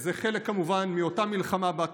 זה כמובן חלק מאותה מלחמה בת